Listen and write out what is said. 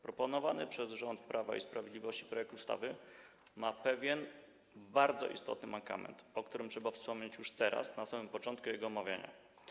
Proponowany przez rząd Prawa i Sprawiedliwości projekt ustawy ma pewien bardzo istotny mankament, o którym trzeba wspomnieć już teraz, na samym początku jego omawiania.